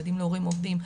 ילדים להורים עובדים,